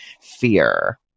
fear